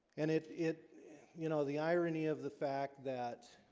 and it it you know the irony of the fact that